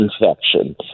infection